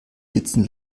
sitzen